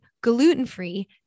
gluten-free